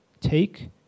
Take